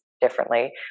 differently